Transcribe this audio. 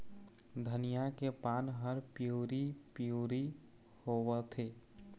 धनिया के पान हर पिवरी पीवरी होवथे?